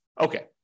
Okay